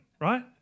right